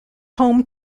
home